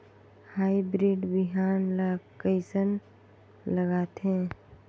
Hybrid बिहान ला कइसन लगाथे?